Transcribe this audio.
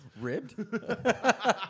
Ribbed